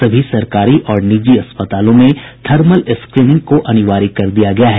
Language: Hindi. सभी सरकारी और निजी अस्पतालों में थर्मल स्क्रीनिंग को अनिवार्य कर दिया गया है